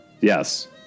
Yes